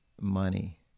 money